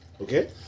Okay